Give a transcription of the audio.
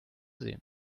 sehen